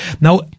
now